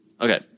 Okay